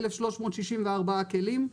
1,364 כלים,